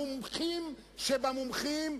המומחים שבמומחים,